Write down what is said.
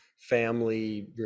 family